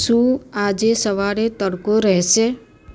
શું આજે સવારે તડકો રહેશે